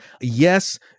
Yes